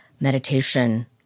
meditation